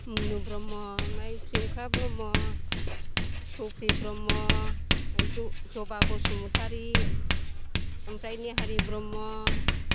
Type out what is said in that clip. Munu Brahma Amphray Priyanka Brahma Sufi Brahma Amphray Jaba Basumatary Omphray Nihari Brahma